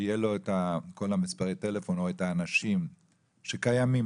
שיהיו לו כל מספרי טלפון או האנשים שקיימים,